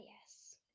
yes